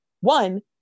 one